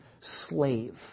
slave